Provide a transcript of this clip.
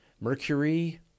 Mercury